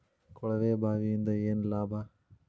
ಕೊಳವೆ ಬಾವಿಯಿಂದ ಏನ್ ಲಾಭಾ?